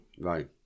Right